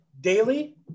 daily